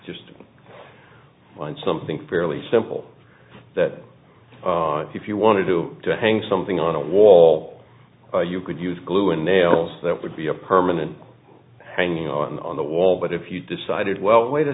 just on something fairly simple that if you wanted to hang something on a wall you could use glue and nails that would be a permanent hanging on the wall but if you decided well wait a